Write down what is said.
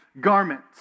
garments